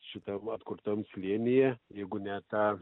šitam atkurtam slėnyje jeigu ne ta